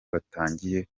batangiye